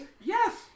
Yes